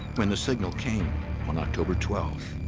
when the signal came on october twelfth.